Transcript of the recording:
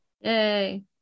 Yay